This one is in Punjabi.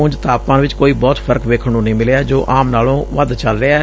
ਉਜ ਤਾਪਮਾਨ ਚ ਕੋਈ ਬਹੁਤ ਫ਼ਰਕ ਵੇਖਣ ਨੂੰ ਨਹੀਂ ਮਿਲਿਐ ਜੋ ਆਮ ਨਾਲੋਂ ਵੱਧ ਚਲ ਰਿਹੈ